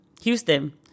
Houston